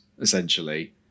essentially